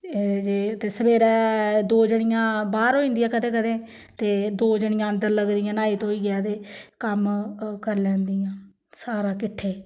ते जे ते सबेरे दो जनियां बाहर होई जंदियां कदें कदें ते दो जनियां अंदर लगदियां न्हाई धोइयै ते कम्म करी लैंदियां ते सारा किट्ठे